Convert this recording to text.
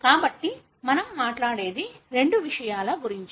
కాబట్టి మనం మాట్లాడేది రెండు విషయాల గురించి